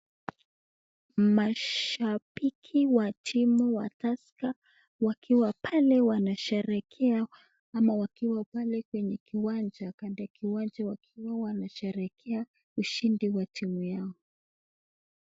Mashapiki wa tusker wakiwa pale wanasherekea ama wakiwa pale kwenye kiwanja wakisherekea ushindi wa timu Yao.